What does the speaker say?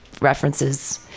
references